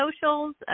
socials